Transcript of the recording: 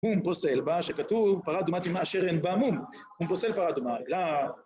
מום פוסל בה שכתוב פרה אדומה תמימה אשר אין בה מום. מום פוסל פרה אדומה אליו.